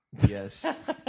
Yes